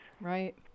Right